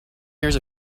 years